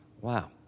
Wow